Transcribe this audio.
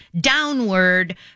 downward